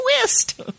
twist